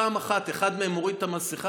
פעם אחת אחד מהם הוריד את המסכה,